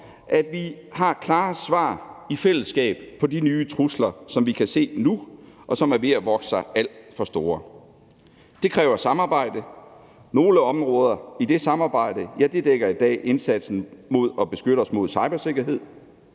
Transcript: at have klare svar på de nye trusler, som vi kan se nu, og som er ved at vokse sig alt for store. Det kræver samarbejde. Nogle områder af det samarbejde dækker i dag indsatsen med at beskytte os i forhold til cybersikkerhed,